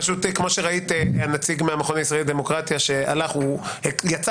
כמו שראית שהנציג מהמכון הישראלי לדמוקרטיה שהלך יצא